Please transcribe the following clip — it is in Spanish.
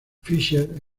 fischer